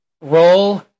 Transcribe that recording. Roll